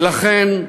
ולכן,